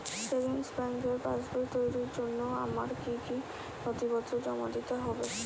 Savings ব্যাংকের পাসবই তৈরির জন্য আমার কি কি নথিপত্র জমা দিতে হবে?